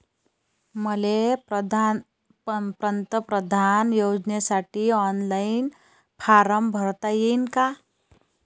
मले पंतप्रधान योजनेसाठी ऑनलाईन फारम भरता येईन का?